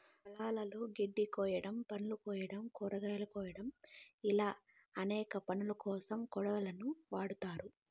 పొలాలలో గడ్డి కోయడం, పళ్ళు కోయడం, కూరగాయలు కోయడం ఇలా అనేక పనులకోసం కొడవళ్ళను వాడ్తారు